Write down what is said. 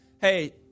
hey